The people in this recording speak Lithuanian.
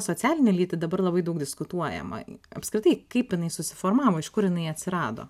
socialinę lytį dabar labai daug diskutuojama apskritai kaip jinai susiformavo iš kur jinai atsirado